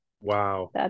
Wow